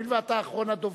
הואיל ואתה אחרון הדוברים,